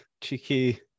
cheeky